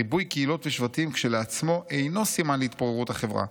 ריבוי קהילות ושבטים כשלעצמו אינו סימן להתפוררות החברה.